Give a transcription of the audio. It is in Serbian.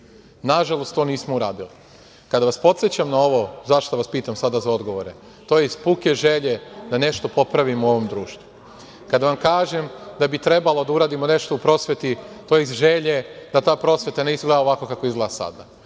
Nažalost, to nismo uradili. Kada vas podsećam na ovo za šta vas pitam sada za odgovore, to je iz puke želje da nešto popravimo u ovom društvu. Kada vam kažem da bi trebalo da uradimo nešto u prosveti, to je iz želje da ta prosvete ne izgleda ovako kako izgleda sada. Kada